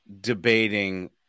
Debating